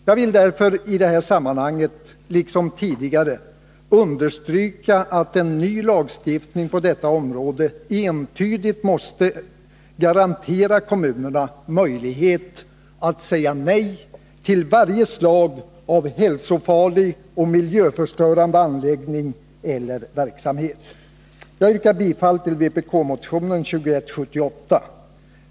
Jag vill därför i detta sammanhang liksom tidigare understryka att en ny lagstiftning på detta område entydigt måste garantera kommunerna möjlighet att säga nej till varje slag av hälsofarlig och miljöförstörande anläggning eller verksamhet. Jag yrkar bifall till vpk-motionen 2178.